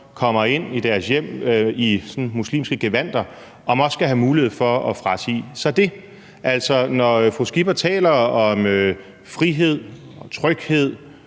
kommer ind i deres hjem i muslimske gevandter, også skal have mulighed for at frasige sig det. Altså, når fru Pernille Skipper taler om frihed, tryghed,